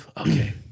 Okay